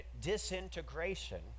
disintegration